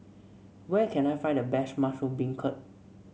where can I find the best Mushroom Beancurd